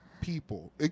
people